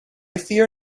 fear